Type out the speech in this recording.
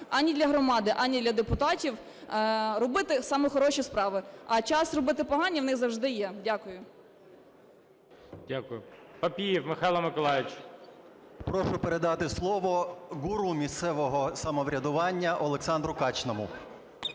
ані для громади, ані для депутатів робити саме хороші справи, а час робити погані в них завжди є. Дякую. ГОЛОВУЮЧИЙ. Дякую. Папієв Михайло Миколайович. 11:16:31 ПАПІЄВ М.М. Прошу передати слово гуру місцевого самоврядування - Олександру Качному.